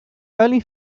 early